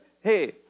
hey